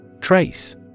Trace